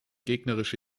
gegnerische